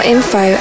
info